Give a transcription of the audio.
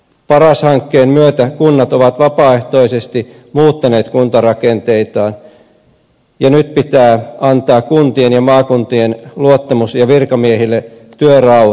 paras hankkeen myötä kunnat ovat vapaaehtoisesti muuttaneet kuntarakenteitaan ja nyt pitää antaa kuntien ja maakuntien luottamus ja virkamiehille työrauha